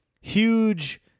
Huge